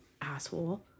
asshole